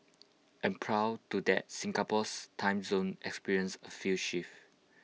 and prior to that Singapore's time zone experienced A few shifts